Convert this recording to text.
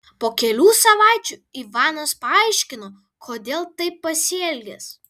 po kelių savaičių ivanas paaiškino kodėl taip pasielgęs